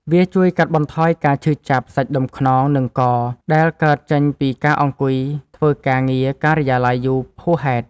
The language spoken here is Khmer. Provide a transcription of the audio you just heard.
វាជួយកាត់បន្ថយការឈឺចាប់សាច់ដុំខ្នង និងក ដែលកើតចេញពីការអង្គុយធ្វើការងារការិយាល័យយូរហួសហេតុ។